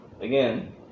again